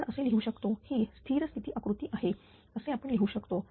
आपण असे लिहू शकतो ही स्थिर स्थिती आकृती आहे असे आपण लिहू शकतो